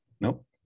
Nope